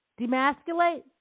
Demasculate